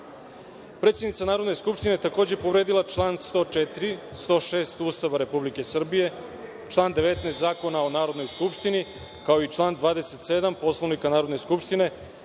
čoveka. Predsednica Narodne skupštine takođe je povredila član 104. i 106. Ustava Republike Srbije, član 19. Zakona o Narodnoj skupštini, kao i član 27. Poslovnika Narodne skupštine,